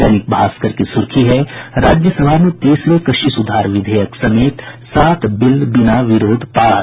दैनिक भास्कर की सुर्खी है राज्यसभा में तीसरे कृषि सुधार विधेयक समेत सात बिल बिना विरोध पास